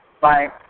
Bye